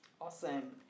awesome